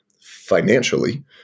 financially